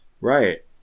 Right